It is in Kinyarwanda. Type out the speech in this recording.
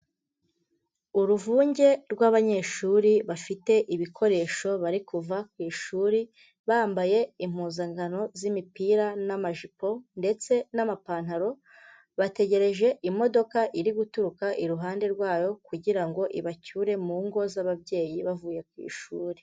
Uruvunge rw'abanyeshuri bafite ibikoresho bari kuva ku ishuri, bambaye impuzankano z'imipira n'amajipo ndetse n'amapantaro, bategereje imodoka iri guturuka iruhande rwayo, kugira ngo ibacyure mu ngo z'ababyeyi bavuye ku ishuri.